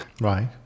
Right